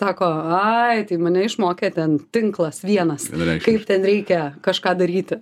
sako ai tai mane išmokė ten tinklas vienas kaip ten reikia kažką daryti